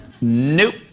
Nope